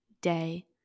day